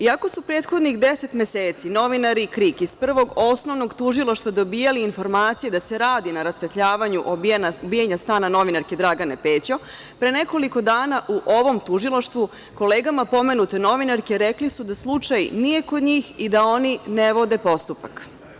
Iako su prethodnih deset meseci novinari „Krik“ iz Prvog osnovnog tužilaštva dobijali informacije da se radi na rasvetljavanju obijanja stana novinarka Dragane Pećo, pre nekoliko dana u ovom tužilaštvu kolegama pomenute novinarke rekli su da slučaj nije kod njih i da oni ne vode postupak.